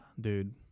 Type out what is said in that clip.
dude